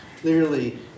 clearly